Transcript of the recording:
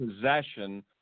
possession